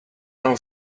know